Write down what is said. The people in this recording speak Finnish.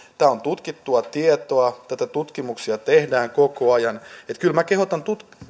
tämä on tutkittua tietoa näitä tutkimuksia tehdään koko ajan kyllä minä kehotan